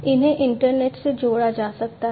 इन्हें इंटरनेट से जोड़ा जा सकता है